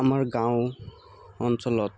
আমাৰ গাঁও অঞ্চলত